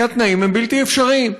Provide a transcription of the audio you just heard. כי התנאים הם בלתי אפשריים.